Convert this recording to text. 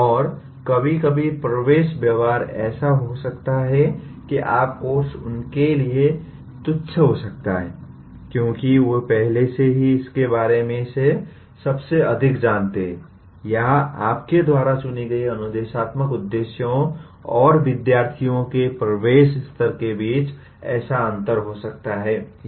और कभी कभी प्रवेश व्यवहार ऐसा हो सकता है कि आपका कोर्स उनके लिए तुच्छ हो सकता है क्योंकि वे पहले से ही इसके बारे में सबसे अधिक जानते हैं या आपके द्वारा चुने गए अनुदेशात्मक उद्देश्यों और विद्यार्थी के प्रवेश स्तर के बीच ऐसा अंतर हो सकता है